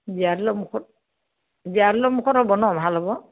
জীয়াদৌলৰ মুখত জীয়াদৌলৰ মুখত হ'ব ন ভাল হ'ব